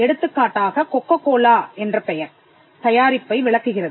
எடுத்துக்காட்டாக கொக்கோகோலா என்ற பெயர் தயாரிப்பை விளக்குகிறது